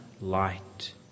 light